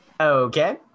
Okay